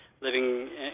living